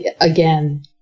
Again